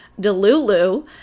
Delulu